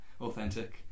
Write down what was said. authentic